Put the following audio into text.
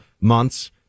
months